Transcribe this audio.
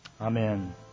Amen